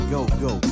Go-Go